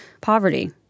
poverty